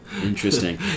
Interesting